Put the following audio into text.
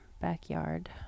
backyard